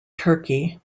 turkey